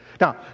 Now